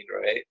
right